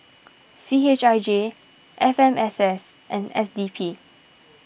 C H I J F M S S and S D P